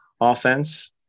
offense